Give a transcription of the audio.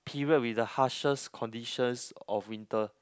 period with the harshest conditions of winter